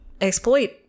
exploit